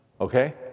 Okay